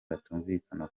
batumvikana